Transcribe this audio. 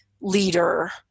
leader